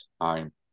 time